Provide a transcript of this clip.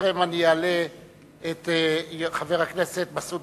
בטרם אני אעלה את חבר הכנסת מסעוד